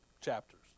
Chapters